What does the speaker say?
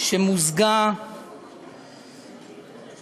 שמוזגה בוועדת